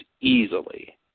easily